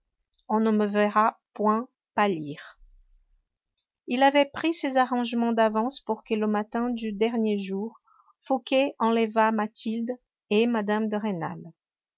on ne me verra point pâlir il avait pris ses arrangements d'avance pour que le matin du dernier jour fouqué enlevât mathilde et mme de rênal